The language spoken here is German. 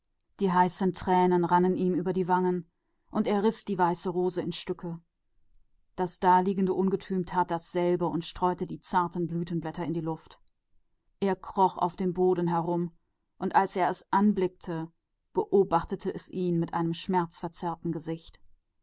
die heißen tränen liefen ihm die backen herunter und er riß die weiße rose in stücke das kriechende scheusal tat das gleiche und warf die blassen blätter in die luft es kroch am boden und wenn er es ansah beobachtete es ihn mit schmerzverzerrtem gesicht